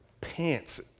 pants